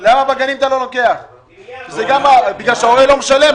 בגלל שההורה לא משלם,